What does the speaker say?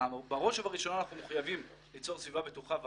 בראש ובראשונה אנחנו חייבים ליצור סביבה בטוחה ואמינה.